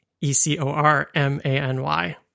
E-C-O-R-M-A-N-Y